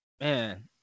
Man